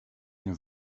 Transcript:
nie